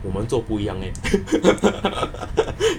我们做不一样 eh